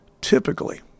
typically